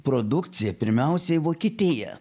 produkciją pirmiausia į vokietiją